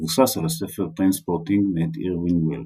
המבוסס על הספר "טריינספוטינג" מאת אירווין וולש.